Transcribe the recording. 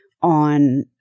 on